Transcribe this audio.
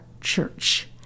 church